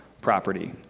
property